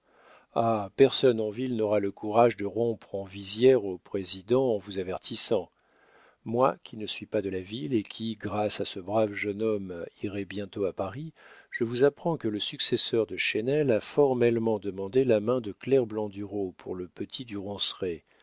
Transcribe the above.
ah personne en ville n'aura le courage de rompre en visière au président en vous avertissant moi qui ne suis pas de la ville et qui grâce à ce brave jeune homme irai bientôt à paris je vous apprends que le successeur de chesnel a formellement demandé la main de claire blandureau pour le petit du